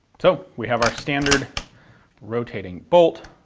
so, we have our standard rotating bolt,